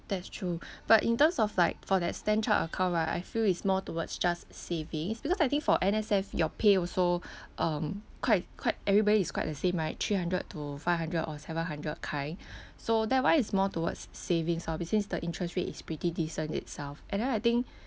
that's true but in terms of like for that stand chart account right I feel is more towards just savings because I think for N_S_F your pay also um quite quite everybody is quite the same right three hundred to five hundred or seven hundred kind so that one is more towards savings lor since the interest rate is pretty decent itself and then I think